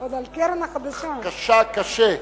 קשה, קשה.